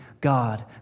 God